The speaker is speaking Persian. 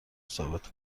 ثابت